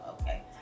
okay